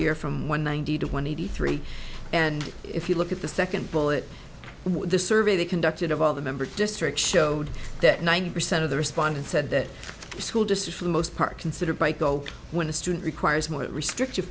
year from one ninety to one hundred three and if you look at the second bullet the survey conducted of all the member districts showed that ninety percent of the respondents said that the school district for the most part considered by go when a student requires more restrictive